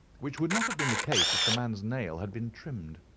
which would not have been the case if the man's nail had been trimmed.